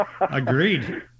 Agreed